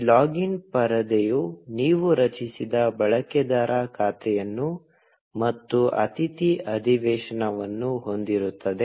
ಈ ಲಾಗಿನ್ ಪರದೆಯು ನೀವು ರಚಿಸಿದ ಬಳಕೆದಾರ ಖಾತೆಯನ್ನು ಮತ್ತು ಅತಿಥಿ ಅಧಿವೇಶನವನ್ನು ಹೊಂದಿರುತ್ತದೆ